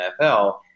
NFL